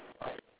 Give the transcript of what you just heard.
I